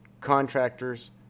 contractors